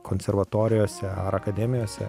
konservatorijose ar akademijose